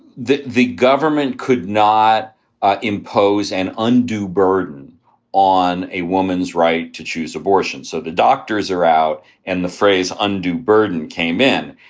that the government could not ah impose an undue burden on a woman's right to choose abortion. so the doctors are out and the phrase undue burden came in.